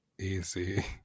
easy